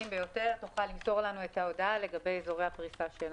ביותר תוכל למסור לנו את ההודעה לגבי אזורי הפריסה שלה.